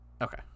Okay